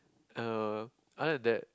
uh other than that